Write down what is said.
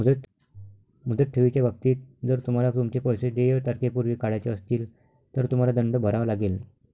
मुदत ठेवीच्या बाबतीत, जर तुम्हाला तुमचे पैसे देय तारखेपूर्वी काढायचे असतील, तर तुम्हाला दंड भरावा लागेल